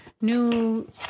new